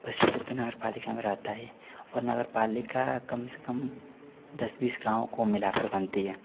बस स्टैन्ड तो नगर पालिका में रहता ही और नगर पालिका कम से कम दस बीस गाँव को मिलाकर बनती है